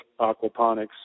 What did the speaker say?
aquaponics